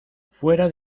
fuera